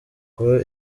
kuba